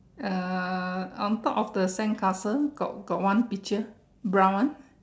uh on top of the sandcastle got got one picture brown one